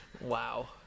wow